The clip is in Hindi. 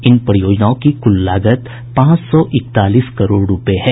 इन परियोजनाओं की कुल लागत पांच सौ इकतालीस करोड़ रुपये है